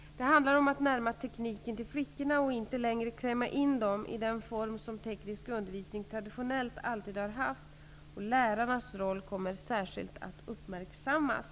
Det handlar om att föra tekniken närmare flickorna och inte längre klämma in flickorna i den form som teknisk undervisning traditionellt alltid har haft. Lärarnas roll kommer särskilt att uppmärksammas.